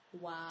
wow